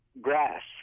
grass